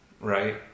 right